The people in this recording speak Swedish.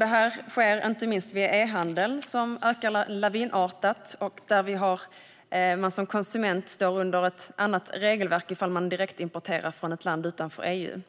Det här sker inte minst via e-handeln som ökar lavinartat och där man som konsument står under ett annat regelverk om man direktimporterar från ett land utanför EU.